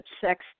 sex